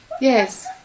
Yes